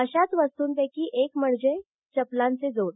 अशाच वस्तूंपैकी एक म्हणजे चपलांचे जोड